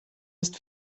ist